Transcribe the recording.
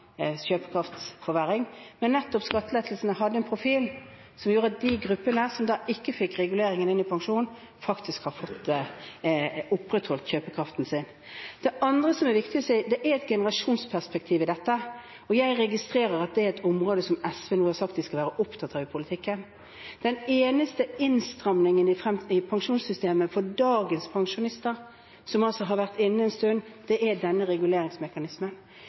kjøpekraftsforverring. Men skattelettelsene hadde en profil som gjorde at de gruppene som ikke fikk regulering av pensjonen, faktisk har fått opprettholdt kjøpekraften sin. Det andre som er viktig å si, er at det er et generasjonsperspektiv i dette. Jeg registrerer at det er et område som SV nå har sagt at de skal være opptatt av i politikken. Den eneste innstramningen i pensjonssystemet for dagens pensjonister, som har vært inne en stund, er denne reguleringsmekanismen.